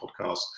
podcast